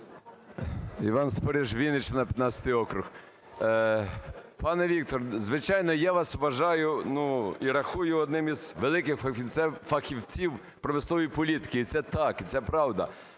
Іван Спориш, Вінниччина, 15 округ. Пане Віктор, звичайно, я вас вважаю, ну, і рахую одним із великих фахівців промислової політики, і це так, і це правда.